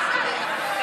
מה זה היה?